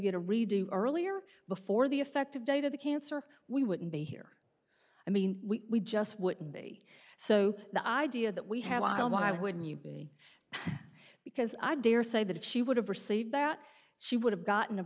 get a redo earlier before the effective date of the cancer we wouldn't be here i mean we just wouldn't be so the idea that we have i don't why wouldn't you be because i dare say that if she would have received that she would have gotten